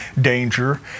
danger